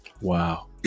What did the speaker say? Wow